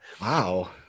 Wow